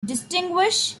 distinguish